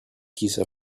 giza